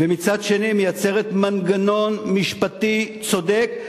ומצד שני מייצרת מנגנון משפטי צודק,